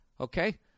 Okay